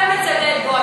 אתה מצדד בו,